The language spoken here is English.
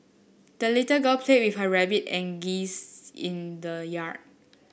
the little girl played with her rabbit and geese in the yard